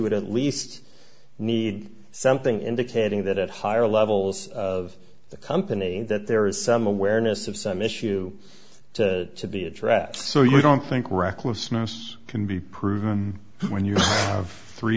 would at least need something indicating that at higher levels of the company that there is some awareness of some issue to be addressed so you don't think recklessness can be proven when you have three